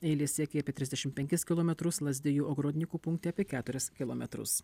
eilės siekė apie trisdešim penkis kilometrus lazdijų ogorodnikų punkte apie keturis kilometrus